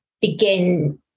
begin